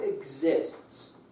exists